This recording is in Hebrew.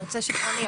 השמאי שלנו,